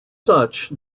such